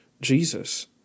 Jesus